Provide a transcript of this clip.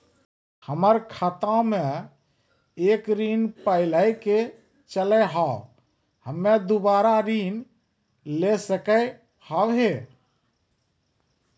हमर खाता मे एक ऋण पहले के चले हाव हम्मे दोबारा ऋण ले सके हाव हे?